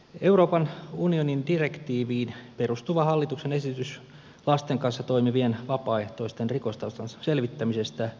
euroopan unionin direktiiviin perustuva hallituksen esitys lasten kanssa toimivien vapaaehtoisten rikostaustan selvittämisestä vaikuttaa oikein hyvältä